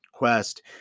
quest